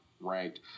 ranked